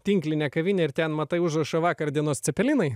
tinklinę kavinę ir ten matai užrašą vakar dienos cepelinai